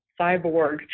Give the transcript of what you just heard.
Cyborg